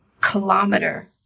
kilometer